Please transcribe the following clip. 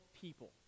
people